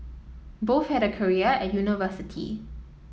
both had a career at university